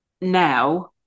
now